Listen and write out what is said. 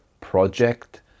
project